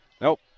Nope